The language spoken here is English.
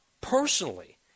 personally